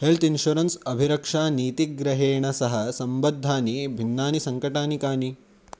health insurance अभिरक्षानीतिग्रहेण सह सम्बद्धानि भिन्नानि सङ्कटानि कानि